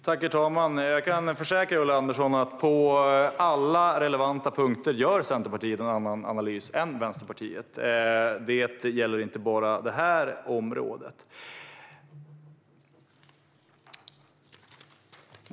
Herr talman! Jag kan försäkra Ulla Andersson att Centerpartiet på alla relevanta punkter gör en annan analys än Vänsterpartiet. Det gäller inte bara detta område.